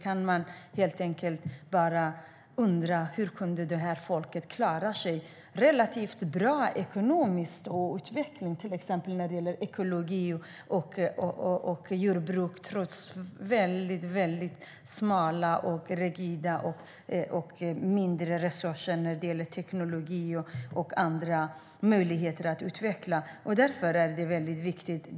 Man kan bara undra hur det här folket kunnat klara sig. Den ekonomiska utvecklingen har varit relativt bra, till exempel när det gäller ekologi och jordbruk, trots att det varit så smalt och rigitt, trots de små resurserna till teknik och andra utvecklingsmöjligheter.